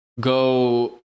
go